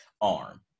arm